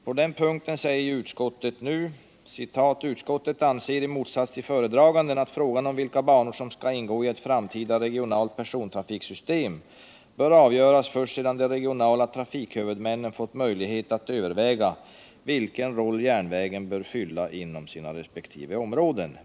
På den punkten säger utskottet nu: ”Utskottet anser i motsats till föredraganden att frågan om vilka banor som skall ingå i ett framtida regionalt persontrafiksystem bör avgöras först sedan de regionala trafikhuvudmännen fått möjlighet att överväga vilken roll järnvägen bör fylla inom sina resp. områden.